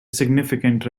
significant